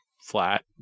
flat